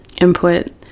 input